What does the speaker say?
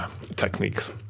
techniques